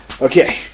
Okay